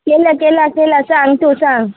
केलां केलां केलां सांग तूं सांग